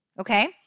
Okay